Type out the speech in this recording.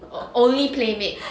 oh only playmate